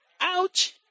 Ouch